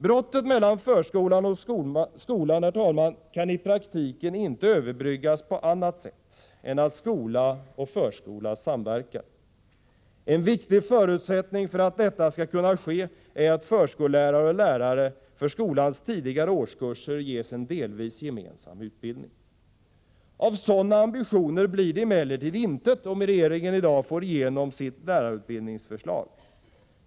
Brottet mellan förskolan och skolan, herr talman, kan i praktiken inte överbryggas på något annat sätt än att skola och förskola samverkar. En viktig förutsättning för att detta skall kunna ske är att förskollärare och lärare för skolans tidigare årskurser ges en delvis gemensam utbildning. Av sådana ambitioner blir det emellertid intet om regeringen i dag får igenom sitt lärarutbildningsförslag.